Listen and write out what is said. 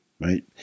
Right